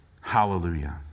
Hallelujah